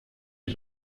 wir